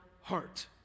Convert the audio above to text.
heart